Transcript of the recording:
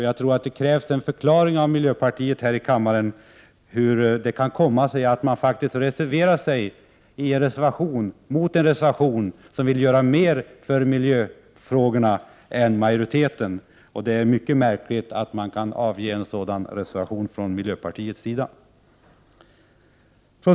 Det krävs nog en förklaring här i kammaren till hur det kan komma sig att miljöpartiet reserverar sig mot en reservation, där man vill göra mer för miljöfrågorna än majoriteten vill. Det är mycket märkligt att miljöpartiet avger en sådan reservation.